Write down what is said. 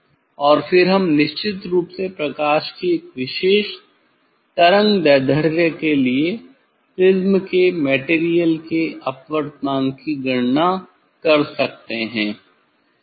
और फिर हम निश्चित रूप से प्रकाश की एक विशेष तरंगदैर्ध्य के लिए प्रिज़्म के मटेरियल के अपवर्तनांक की गणना कर सकते हैं